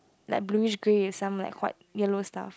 like bluish grey is some like quite yellow stuff